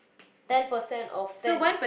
ten percent of ten